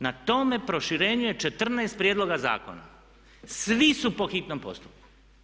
Na tome proširenju je 14 prijedloga zakona, svi su po hitnom postupku.